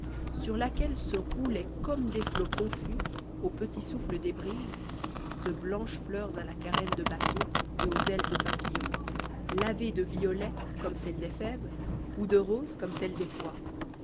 sur laquelle se roulaient comme des flots confus au petit souffle des brises de blanches fleurs à la carène de bateau et aux ailes de papillon lavées de violet comme celle des fèves ou de rose comme celle des pois